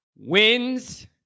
Wins